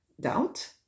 Doubt